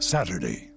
Saturday